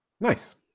Nice